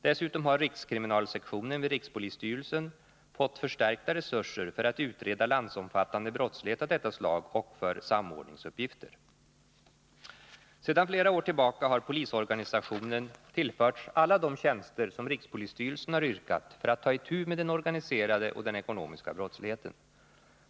Dessutom har rikskriminalsektionen vid rikspolisstyrelsen fått förstärkta resurser för att utreda landsomfattande brottslighet av detta slag och för samordningsuppgifter. Sedan flera år tillbaka har polisorganisationen tillförts alla de tjänster som rikspolisstyrelsen har yrkat för att ta itu med den organiserade och den ekonomiska brottsligheten.